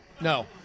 No